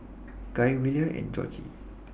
Gaye Willia and Georgie